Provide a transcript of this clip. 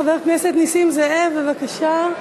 חבר הכנסת נסים זאב, בבקשה.